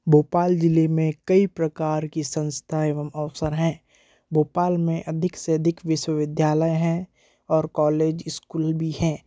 भोपाल जिले में कई प्रकार की संस्था एवं अवसर है भोपाल में अधिक से अधिक विश्वविद्यालय हैं और कॉलेज इस्कूल भी हैं